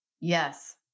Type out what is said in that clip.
Yes